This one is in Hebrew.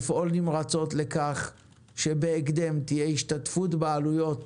לפעול נמרצות לכך שבהקדם תהיה השתתפות בעלויות